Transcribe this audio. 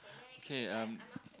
okay um